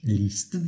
list